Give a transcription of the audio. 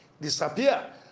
disappear